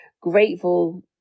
grateful